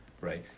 right